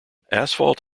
asphalt